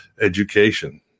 education